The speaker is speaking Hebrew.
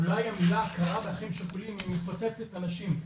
אולי המילה 'הכרה באחים שכולים' היא מפוצצת אנשים.